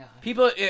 people